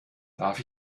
darf